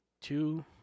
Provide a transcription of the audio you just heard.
two